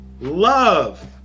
love